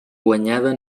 guanyada